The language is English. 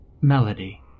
melody